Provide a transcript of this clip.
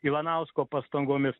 ivanausko pastangomis